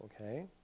Okay